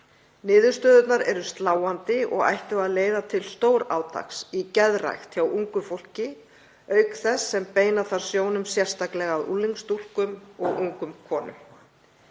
Niðurstöðurnar eru sláandi og ættu að leiða til stórátaks í geðrækt hjá ungu fólki, auk þess sem beina þarf sjónum sérstaklega að unglingsstúlkum og ungum konum.